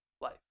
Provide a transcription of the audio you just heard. life